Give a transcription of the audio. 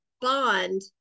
bond